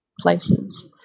places